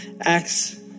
Acts